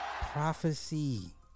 Prophecy